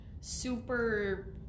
super